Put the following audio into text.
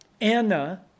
Anna